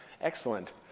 excellent